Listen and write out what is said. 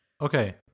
okay